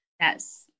yes